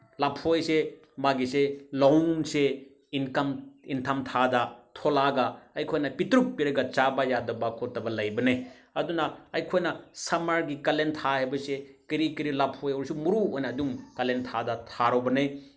ꯂꯐꯣꯏꯁꯦ ꯃꯥꯒꯤꯁꯦ ꯂꯋꯨꯡꯁꯦ ꯏꯟꯊꯝ ꯊꯥꯗ ꯊꯣꯂꯛꯑꯒ ꯑꯩꯈꯣꯏꯅ ꯄꯤꯛꯇ꯭ꯔꯨ ꯄꯤꯛꯂꯒ ꯆꯥꯕ ꯌꯥꯗꯕ ꯈꯣꯠꯇꯕ ꯂꯩꯕꯅꯦ ꯑꯗꯨꯅ ꯑꯩꯈꯣꯏꯅ ꯁꯃꯔꯒꯤ ꯀꯥꯂꯦꯟ ꯊꯥ ꯍꯥꯏꯕꯁꯦ ꯀꯔꯤ ꯀꯔꯤ ꯂꯐꯣꯏ ꯑꯣꯏꯔꯁꯨ ꯃꯔꯨ ꯑꯣꯏꯅ ꯑꯗꯨꯝ ꯀꯥꯂꯦꯟ ꯊꯥꯗ ꯊꯥꯔꯨꯕꯅꯦ